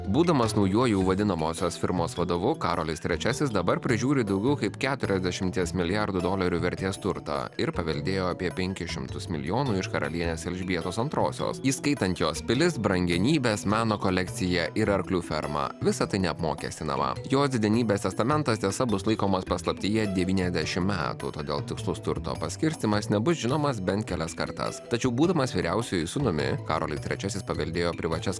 būdamas naujuoju vadinamosios firmos vadovu karolis trečiasis dabar prižiūri daugiau kaip keturiasdešimties milijardų dolerių vertės turtą ir paveldėjo apie penkis šimtus milijonų iš karalienės elžbietos antrosios įskaitant jos pilis brangenybes meno kolekciją ir arklių fermą visa tai neapmokestinama jos didenybės testamentas tiesa bus laikomas paslaptyje devyniasdešim metų todėl tikslus turto paskirstymas nebus žinomas bent kelias kartas tačiau būdamas vyriausiuoju sūnumi karolis trečiasis paveldėjo privačias